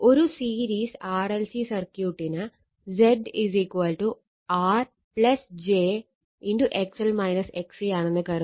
ഒരു series RLC സർക്യൂട്ടിന് Z R j ആണെന്ന് കരുതുക